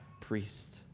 priest